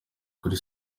kuri